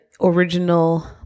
original